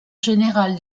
générale